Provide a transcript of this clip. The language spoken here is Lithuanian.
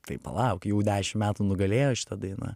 tai palauk jau dešim metų nugalėjo šitą dainą